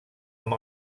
amb